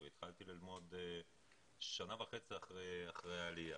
התחלתי ללמוד שנה וחצי אחרי העלייה.